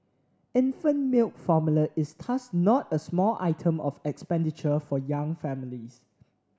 infant milk formula is thus not a small item of expenditure for young families